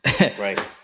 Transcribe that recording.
Right